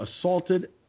assaulted